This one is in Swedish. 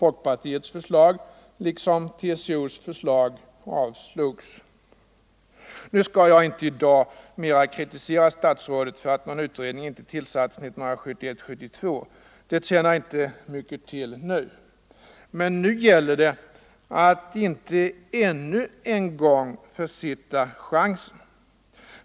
Nu skall jag inte i dag mera kritisera statsrådet för att någon utredning inte tillsattes 1971 eller 1972. Det tjänar inte mycket till. Men nu gäller det att inte ännu en gång försitta chansen.